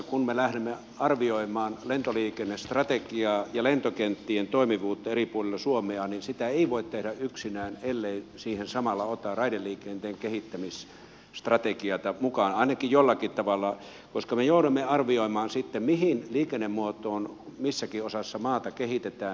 kun me lähdemme arvioimaan lentoliikennestrategiaa ja lentokenttien toimivuutta eri puolilla suomea niin sitä ei voi tehdä yksinään ellei siihen samalla ota raideliikenteen kehittämisstrategiaa mukaan ainakin jollakin tavalla koska me joudumme sitten arvioimaan mitä liikennemuotoa missäkin osassa maata kehitetään